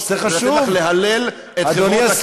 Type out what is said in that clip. אדוני.